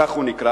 כך הוא נקרא,